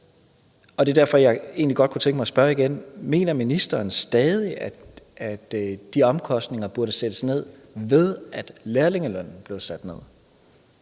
Og det er derfor, jeg egentlig godt kunne tænke mig at spørge igen: Mener ministeren stadig, at de omkostninger burde sættes ned, ved at lærlingelønnen blev sat ned?